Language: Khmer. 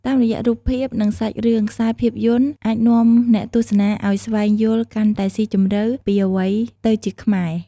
តាមរយៈរូបភាព និងសាច់រឿង ខ្សែភាពយន្តអាចនាំអ្នកទស្សនាឱ្យស្វែងយល់កាន់តែស៊ីជម្រៅពីអ្វីទៅជាខ្មែរ ។